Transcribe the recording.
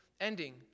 ending